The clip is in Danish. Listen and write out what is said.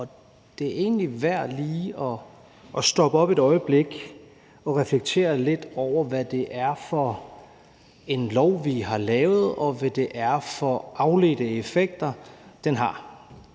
og det er egentlig værd lige at stoppe op et øjeblik og reflektere lidt over, hvad det er for en lov, vi har lavet, og hvad det er for nogle afledte effekter, den har.